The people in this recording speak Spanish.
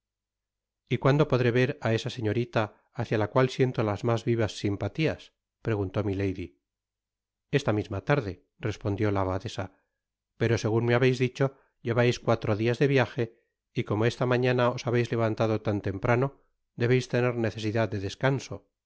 y cuándo podré ver á esa señorita hacia la cual siento las mas vivas simpatias preguntó milady esta tarde misma respondió la abadesa pero segun me habeis dicho llevais cuatro dias de viaje y como esla mañana os habeis levantado tan temprano debeis tener necesidad de descanso